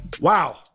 Wow